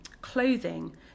clothing